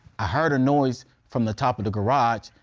i heard a noise from the top of the garage,